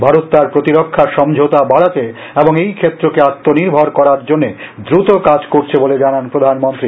ভারত তার প্রতিরক্ষা সমঝোতা বাড়াতে এবং এই ফ্ষেত্রকে আত্মনির্ভর করার জন্য দ্রুত কাজ করছে বলে জানান প্রধানমন্ত্রী